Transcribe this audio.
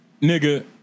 Nigga